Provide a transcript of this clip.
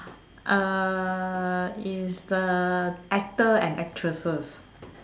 uh is the actor and actresses